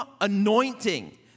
anointing